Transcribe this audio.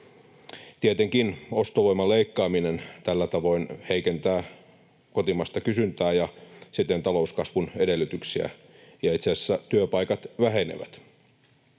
Tietenkin ostovoiman leikkaaminen tällä tavoin heikentää kotimaista kysyntää ja siten talouskasvun edellytyksiä, ja itse asiassa työpaikat vähenevät.